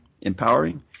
empowering